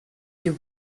you